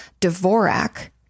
Dvorak